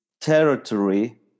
territory